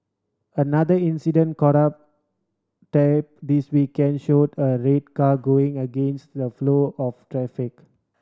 another incident caught on tape this weekend showed a red car going against the flow of traffic